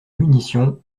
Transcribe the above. munition